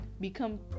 become